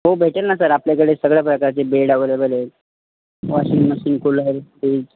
हो भेटेल ना सर आपल्याकडे सगळ्या प्रकारचे बेड ॲवलेबेल आहे वॉशिंग मशीन कूलर फ्रीज